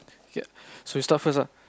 ya so you start first lah